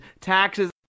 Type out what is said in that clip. taxes